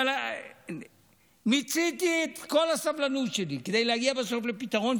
אבל מיציתי את כל הסבלנות שלי כדי להגיע בסוף לפתרון,